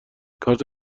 کارت